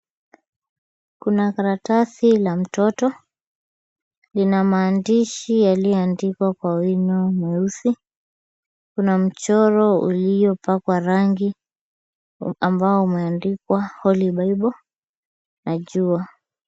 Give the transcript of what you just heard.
Kuna karatasi la mtoto. Lina maandishi yaliyoandikwa kwa wino mweusi. Kuna mchoro uliopakwa rangi ambao umeandikwa Holy Bible na jua.